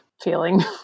feeling